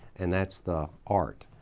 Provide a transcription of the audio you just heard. and that's the art.